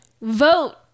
Vote